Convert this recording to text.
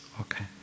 Okay